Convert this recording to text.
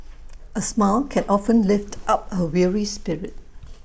A smile can often lift up A weary spirit